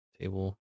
table